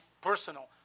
personal